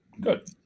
Good